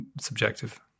subjective